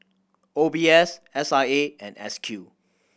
O B S S I A and S Q